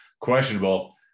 questionable